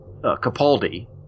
Capaldi